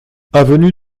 avenue